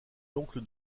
l’oncle